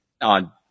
on